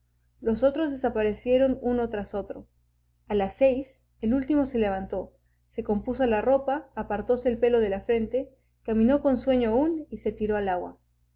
otros desaparecieron uno tras otro a las seis el último se levantó se compuso la ropa apartóse el pelo de la frente caminó con sueño aún y se tiró al agua